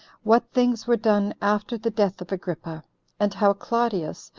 what things were done after the death of agrippa and how claudius,